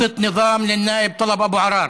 קריאה לסדר,) אבו עראר.